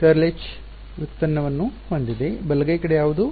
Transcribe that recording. ವ್ಯುತ್ಪನ್ನವನ್ನು ಹೊಂದಿದೆ ಬಲಗೈ ಕಡೆ ಯಾವುದು